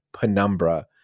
penumbra